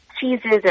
cheeses